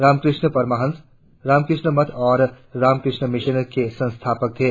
रामकृष्ण परमहंस रामकृष्ण मठ और रामकृष्ण मिशन के संस्थापक थे